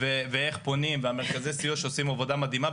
ואיך פונים ומרכזי הסיוע שעושים עבודה מדהימה,